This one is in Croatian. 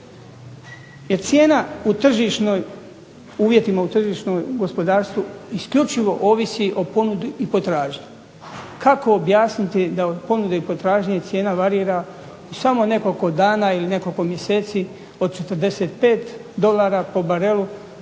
tržišnim uvjetima u tržišnom gospodarstvu isključivo ovisi o ponudi i potražnji. Kako objasniti da od ponude i potražnje cijena varira samo nekoliko dana ili nekoliko mjeseci, od 45 dolara po barelu